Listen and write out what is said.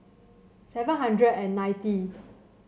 seven hundred and ninety